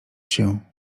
się